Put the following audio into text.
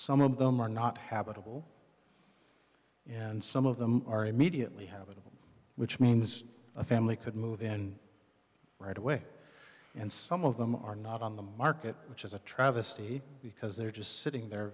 some of them are not and some of them are immediately habit which means a family could move in right away and some of them are not on the market which is a travesty because they're just sitting there